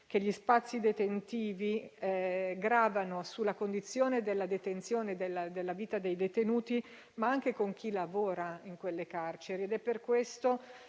che gli spazi detentivi gravano sulla condizione della detenzione e della vita dei detenuti, ma anche di chi lavora in quelle carceri. È per questo